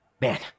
man